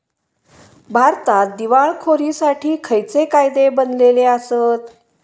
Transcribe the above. भारतात दिवाळखोरीसाठी खयचे कायदे बनलले आसत?